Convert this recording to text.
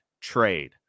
trade